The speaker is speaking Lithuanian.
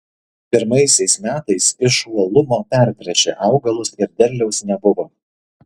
pirmaisiais metais iš uolumo pertręšė augalus ir derliaus nebuvo